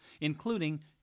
including